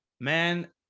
Man